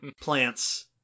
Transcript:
plants